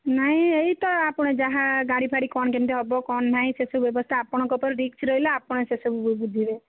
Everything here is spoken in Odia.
ନାଇଁ ଏଇତ ଆପଣ ଯାହା ଗାଡ଼ି ଫାଡ଼ି କ'ଣ କେମିତି ହେବ କ'ଣ ନାହିଁ ସେସବୁ ବ୍ୟବସ୍ଥା ଆପଣଙ୍କ ଉପରେ ରିସ୍କ୍ ରହିଲା ଆପଣ ସେସବୁ ବୁଝିବେ